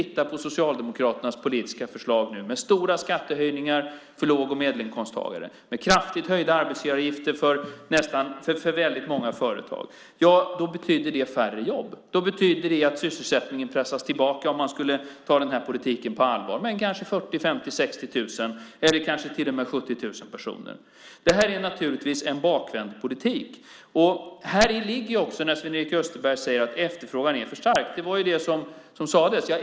Socialdemokraternas politiska förslag med stora skattehöjningar för låg och medelinkomsttagare och kraftigt höjda arbetsgivaravgifter för väldigt många företag betyder färre jobb. Det betyder att sysselsättningen pressas tillbaka med kanske 40 000, 50 000, 60 000 eller kanske till och med 70 000 personer om man skulle ta den här politiken på allvar. Det är naturligtvis en bakvänd politik. Sven-Erik Österberg säger att efterfrågan är för stark. Det var ju det som sades.